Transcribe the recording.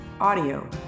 Audio